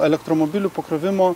elektromobilių pakrovimo